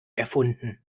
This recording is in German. erfunden